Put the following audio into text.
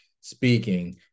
speaking